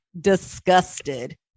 disgusted